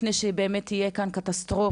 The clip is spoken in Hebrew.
לפני שבאמת תהיה כאן קטסטרופה,